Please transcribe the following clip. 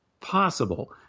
possible